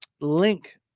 link